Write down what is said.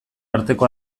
arteko